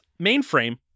Mainframe